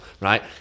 right